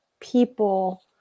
people